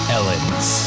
Ellens